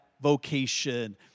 vocation